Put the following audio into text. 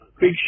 Big